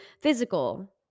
physical